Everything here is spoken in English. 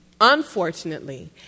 unfortunately